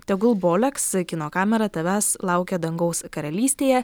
tegul boleks kino kamera tavęs laukia dangaus karalystėje